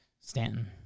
Stanton